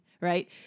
right